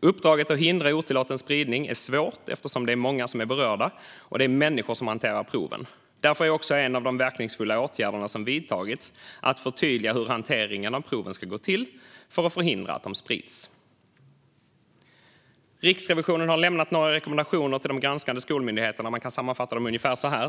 Uppdraget att hindra otillåten spridning är svårt eftersom det är många som är berörda och det är människor som hanterar proven. Därför är också en av de verkningsfulla åtgärder som vidtagits att förtydliga hur hanteringen av proven ska gå till för att förhindra att de sprids. Riksrevisionen har lämnat några rekommendationer till de granskade skolmyndigheterna. Man kan sammanfatta dem ungefär så här.